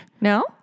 No